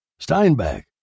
Steinbeck